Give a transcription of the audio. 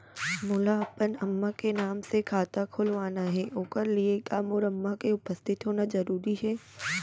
मोला अपन अम्मा के नाम से खाता खोलवाना हे ओखर लिए का मोर अम्मा के उपस्थित होना जरूरी हे?